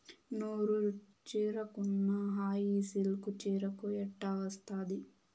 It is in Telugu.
నూరు చీరకున్న హాయి సిల్కు చీరకు ఎట్టా వస్తాది